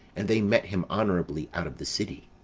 and they met him hononrably out of the city.